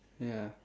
ya